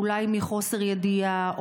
אולי מחוסר ידיעה,